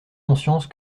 conscience